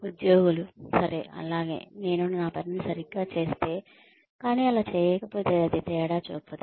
ఉద్యోగులు సరే అలాగే నేను నా పనిని సరిగ్గా చేస్తే కానీ అలా చేయకపోతే అది తేడా చూపదు